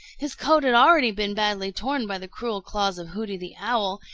his coat had already been badly torn by the cruel claws of hooty the owl,